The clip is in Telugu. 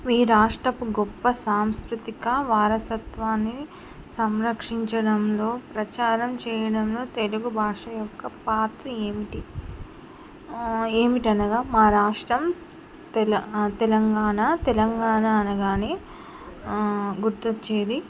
మీ రాష్ట్రపు గొప్ప సాంస్కృతిక వారసత్వాన్ని సంరక్షించడంలో ప్రచారం చేయడంలో తెలుగు భాష యొక్క పాత్ర ఏమిటి ఏమిటి అనగా మా రాష్ట్రం తెల తెలంగాణ తెలంగాణ అనగానే గుర్తొచ్చేది